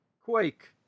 Quake